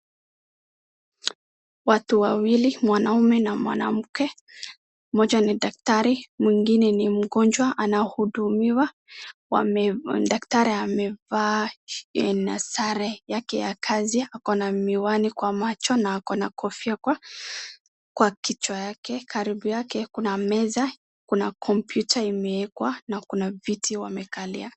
Watu wawili mwanaume na mwanamke, mmoja ni daktari mwingine ni mgonjwa anahudumiwa. Wame... daktari amevaa sare yake ya kazi. Ako na miwani kwa macho na ako na kofia kwa kwa kichwa yake. Karibu yake kuna meza, kuna kompyuta imewekwa na kuna viti wamekalia.